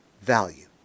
value